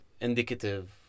indicative